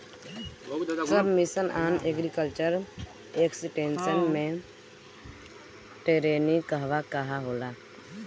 सब मिशन आन agriculture extension मै टेरेनीं कहवा कहा होला?